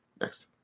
Next